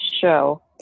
show